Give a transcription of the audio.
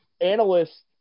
analysts